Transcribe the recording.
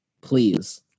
please